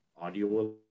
audio